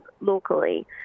locally